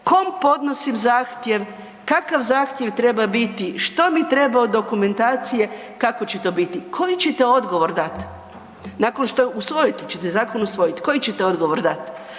kom podnosim zahtjev, kakav zahtjev treba biti, što mi treba od dokumentacije, kako će to biti, koji ćete odgovor dat? Nakon što usvojit ćete zakon, zakon ćete usvojiti, koji ćete odgovor dat?